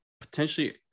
potentially